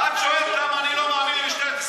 ואת שואלת למה אני לא מאמין למשטרת ישראל?